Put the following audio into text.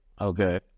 okay